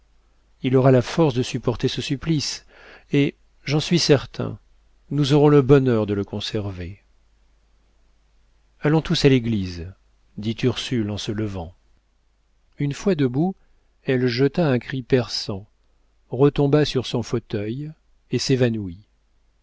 il aura la force de supporter ce supplice et j'en suis certain nous aurons le bonheur de le conserver allons tous à l'église dit ursule en se levant une fois debout elle jeta un cri perçant retomba sur son fauteuil et s'évanouit